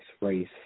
race